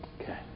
Okay